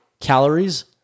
calories